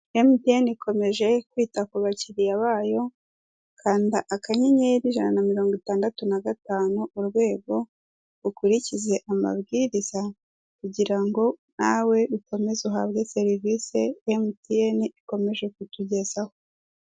Emutiyene ikomeje kwita kubakiriya bayo. Kanda akanyeneyri ijana na mirongo itandatu na gatanu urwego ukurikize amabwiriza; kugira ngo nawe ukomeze guhabwa serivisi Emutiyene ikomeje kukugezaho.